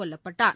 கொல்லப்பட்டார்